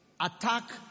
attack